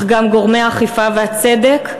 אך גם גורמי האכיפה והצדק,